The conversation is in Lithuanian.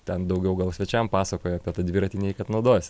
ten daugiau gal svečiam pasakoja apie tą dviratį nei kad naudojas